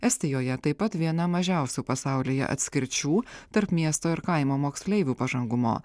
estijoje taip pat viena mažiausių pasaulyje atskirčių tarp miesto ir kaimo moksleivių pažangumo